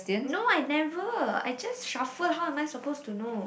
no I never I just shuffle how am I suppose to know